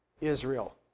Israel